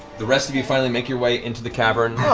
the rest of you finally make your way into the cavern.